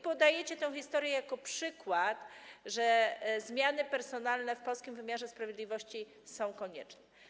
Podajecie tę historię jako przykład, że zmiany personalne w polskim wymiarze sprawiedliwości są konieczne.